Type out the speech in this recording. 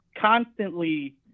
constantly